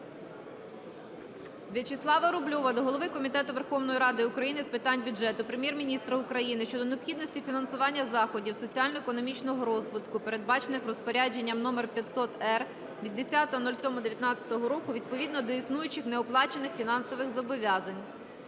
Вячеслава Рубльова до голови Комітету Верховної Ради України з питань бюджету, Прем'єр-міністра України щодо необхідності фінансування заходів соціально-економічного розвитку, передбачених розпорядженням номер 500-р від 10.07.2019 року відповідно до існуючих неоплачених фінансових зобов'язань.